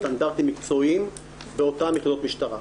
סטנדרטים מקצועיים באותן נקודות משטרה.